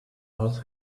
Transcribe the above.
earth